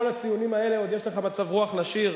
הציונים האלה עוד יש לך מצב רוח לשיר?